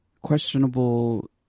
questionable